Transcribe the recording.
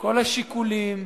כל השיקולים,